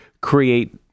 create